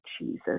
Jesus